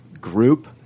group